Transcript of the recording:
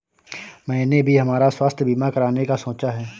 मैंने भी हमारा स्वास्थ्य बीमा कराने का सोचा है